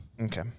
Okay